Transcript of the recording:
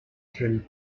drill